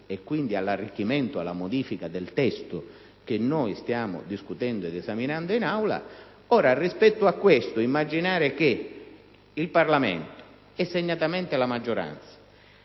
e, quindi, all'arricchimento ed alle modifiche del testo che stiamo discutendo ed esaminando in quest'Aula. Rispetto a ciò, immaginare che il Parlamento e, segnatamente, la maggioranza